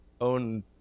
own